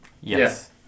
Yes